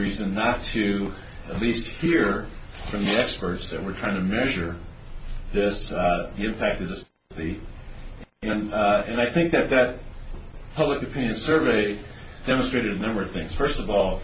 reason not to be hear from the experts that we're trying to measure this impact is the and i think that that public opinion survey demonstrated a number of things first of all